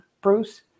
Bruce